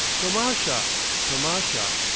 tomasha tomasha!